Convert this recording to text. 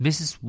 Mrs